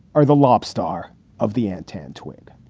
are the lost star of the antenna twigg